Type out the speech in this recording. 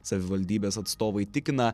savivaldybės atstovai tikina